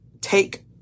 take